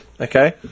Okay